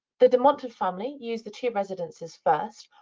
the de montfort family used the two residences first,